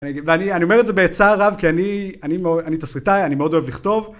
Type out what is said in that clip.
ואני אומר את זה בצער רב כי אני תסריטאי אני מאוד אוהב לכתוב